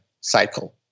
cycle